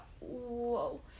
whoa